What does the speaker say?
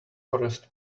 forest